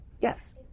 Yes